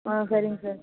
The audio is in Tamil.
ஆ சரிங்க சார்